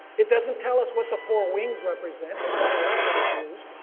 it doesn't tell us what the four wings represent and why a leopard is used,